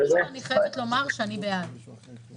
קודם כול, אני חייבת לומר שאני בעד בראייה.